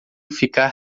ficar